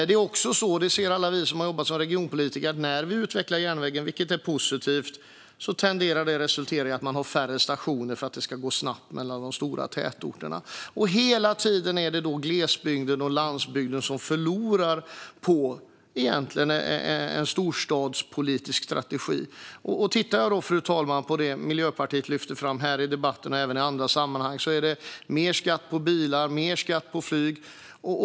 Det är också så - det ser alla vi som har jobbat som regionpolitiker - att när vi utvecklar järnvägen, vilket är positivt, tenderar det att resultera i att man har färre stationer för att det ska gå snabbt mellan de stora tätorterna. Hela tiden är det då glesbygden och landsbygden som förlorar på en storstadspolitisk strategi. Tittar jag på det Miljöpartiet lyfter fram här i debatten och även i andra sammanhang ser jag att det är mer skatt på bilar och mer skatt på flyg.